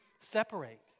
separate